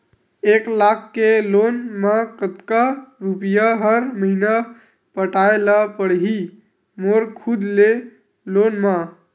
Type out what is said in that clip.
एक लाख के लोन मा कतका रुपिया हर महीना पटाय ला पढ़ही मोर खुद ले लोन मा?